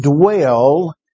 dwell